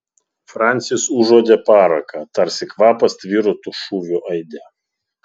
francis užuodė paraką tarsi kvapas tvyrotų šūvio aide